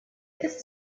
ist